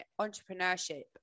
entrepreneurship